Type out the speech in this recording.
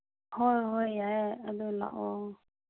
ꯍꯣꯏ ꯍꯣꯏ ꯌꯥꯏ ꯑꯗꯨ ꯂꯥꯛꯑꯣ